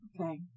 Okay